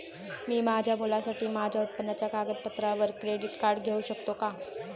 मी माझ्या मुलासाठी माझ्या उत्पन्नाच्या कागदपत्रांवर क्रेडिट कार्ड घेऊ शकतो का?